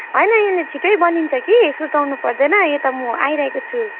होइन होइन छिटै बनिन्छ कि सुर्ताउनु पर्दैन यता म आइरहेको छु